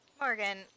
Morgan